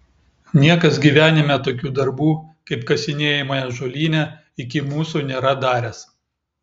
niekas gyvenime tokių darbų kaip kasinėjimai ąžuolyne iki mūsų nėra daręs